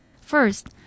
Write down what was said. First